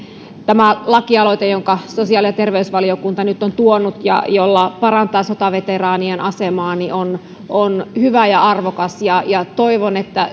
tämä lakialoite jonka sosiaali ja terveysvaliokunta nyt on tuonut ja jolla parannetaan sotaveteraanien asemaa on on hyvä ja arvokas ja ja toivon että